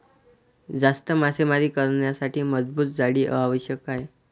जास्त मासेमारी करण्यासाठी मजबूत जाळी आवश्यक आहे